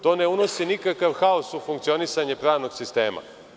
To ne unosi nikakav haos u funkcionisanje pravnog sistema.